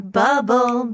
bubble